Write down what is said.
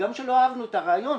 גם כשלא אהבנו את הרעיון,